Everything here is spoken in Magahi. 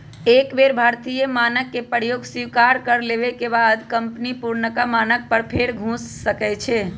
एक बेर भारतीय मानक के प्रयोग स्वीकार कर लेबेके बाद कंपनी पुरनका मानक पर फेर घुर सकै छै